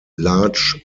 large